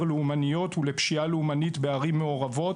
לאומניות ולפשיעה לאומנית בערים המעורבות,